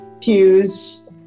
pews